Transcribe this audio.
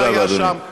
שהיה שם,